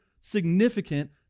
significant